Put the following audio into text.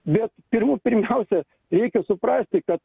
bet pirmų pirmiausia reikia suprasti kad